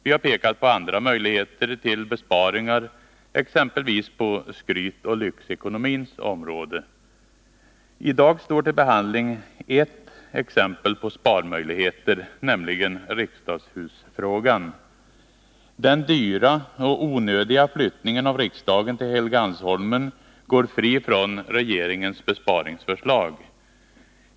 Vi har pekat på andra möjligheter till besparingar, exempelvis på skrytoch lyxekonomins område. I dag står till behandling ett exempel på sparmöjligheter, nämligen riksdagshusfrågan. Den dyra och onödiga flyttningen av riksdagen till Helgeandsholmen går fri från regeringens besparingsförslag.